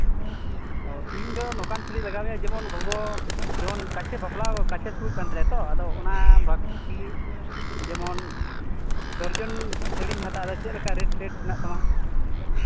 ᱚ ᱤᱧ ᱫᱚ ᱱᱚᱝᱠᱟᱱ ᱥᱟᱹᱲᱤ ᱞᱟᱜᱟᱣᱤᱧᱟ ᱡᱮᱢᱚᱱ ᱜᱚᱜᱚ ᱡᱮᱢᱚᱱ ᱠᱟᱪᱷᱮ ᱵᱟᱯᱞᱟ ᱠᱟᱪᱷᱮ ᱥᱩᱨ ᱠᱟᱱ ᱛᱟᱞᱮᱭᱟ ᱛᱚ ᱟᱫᱚ ᱚᱱᱟ ᱵᱟᱨᱮ ᱛᱮᱜᱮ ᱡᱮᱢᱚᱱ ᱰᱚᱡᱚᱱ ᱥᱟᱹᱲᱤᱧ ᱦᱟᱛᱟᱣᱫᱟ ᱪᱮᱫ ᱞᱮᱠᱟ ᱨᱮᱹᱴ ᱴᱮᱹᱴ ᱢᱮᱱᱟᱜ ᱛᱟᱢᱟ